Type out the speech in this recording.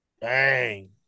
Bang